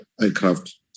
aircraft